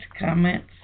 comments